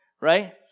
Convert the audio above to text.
Right